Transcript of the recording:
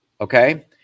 okay